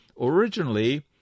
Originally